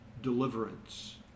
deliverance